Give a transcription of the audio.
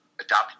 adopt